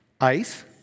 ice